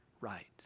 right